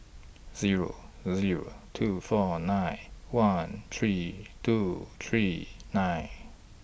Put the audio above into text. Zero A Zero two four nine one three two three nine